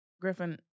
Griffin